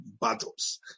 battles